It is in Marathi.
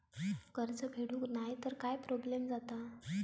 कर्ज फेडूक नाय तर काय प्रोब्लेम जाता?